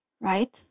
right